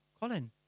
Colin